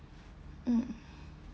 mm